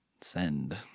Send